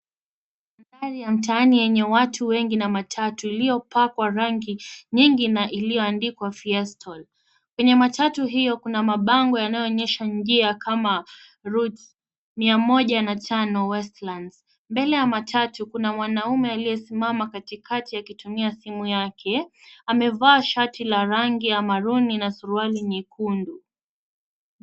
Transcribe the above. Mandhari ya mtaani yenye watu wengi na matatu, iliyopakwa rangi nyingi na iliyoandikwa Fiestal. Kwenye matatu hio kuna mabango yanayoonyesha njia kama route mia moja na tano Westlands. Mbele ya matatu kuna mwanaume aliyesimama kati kati akitumia simu yake, amevaa shati la rangi ya maruni na suruali nyekundu.